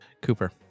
Cooper